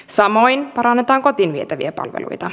samoin parannetaan kotiin vietäviä palveluita